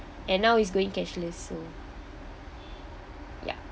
and now is going cashless so yup